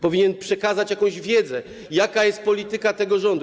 Powinien przekazać jakąś wiedzę, jaka jest polityka tego rządu.